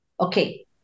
okay